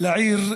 לעיר ירושלים.